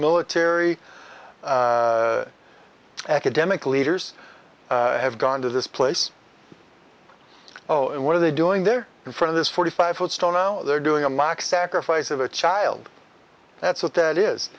military academic leaders have gone to this place oh and what are they doing there in front of this forty five foot stone now they're doing a mock sacrifice of a child that's what that is